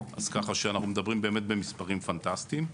כך שאלה מספרים פנטסטיים.